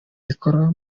zikora